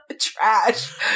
Trash